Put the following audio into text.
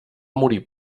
morir